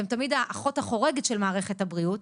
והם תמיד האחות החורגת של מערכת הבריאות.